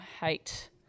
hate